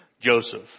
Joseph